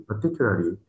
particularly